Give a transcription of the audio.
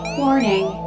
warning